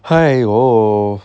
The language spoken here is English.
!haiyo!